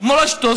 מורשתו,